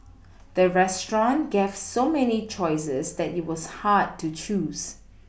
the restaurant gave so many choices that it was hard to choose